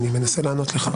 אני מנסה לענות לך.